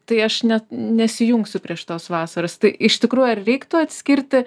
tai aš net nesijungsiu prie šitos vasaros tai iš tikrųjų reiktų atskirti